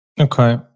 Okay